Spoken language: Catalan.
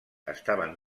estaven